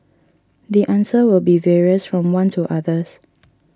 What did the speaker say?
the answer will be various from one to others